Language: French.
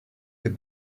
que